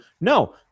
No